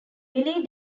billy